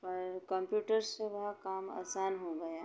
और कम्प्यूटर से बहुत काम आसान हो गया